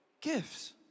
gifts